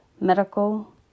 Medical